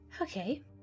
Okay